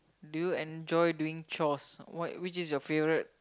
do you enjoy doing chores what which is your favorite